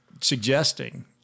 suggesting